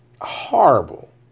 horrible